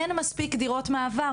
אין מספיק דירות מעבר,